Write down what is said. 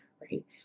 right